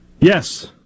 Yes